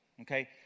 Okay